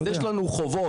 אז יש לנו חובות,